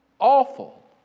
Awful